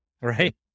Right